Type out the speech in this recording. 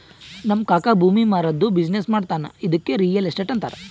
ನಮ್ ಕಾಕಾ ಭೂಮಿ ಮಾರಾದ್ದು ಬಿಸಿನ್ನೆಸ್ ಮಾಡ್ತಾನ ಇದ್ದುಕೆ ರಿಯಲ್ ಎಸ್ಟೇಟ್ ಅಂತಾರ